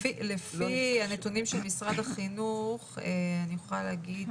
לפי הנתונים של משרד החינוך אני יכולה להגיד